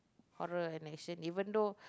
horror and action even though